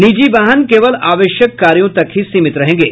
निजी वाहन केवल आवश्यक कार्यों तक ही सीमित रहेंगे